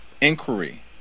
inquiry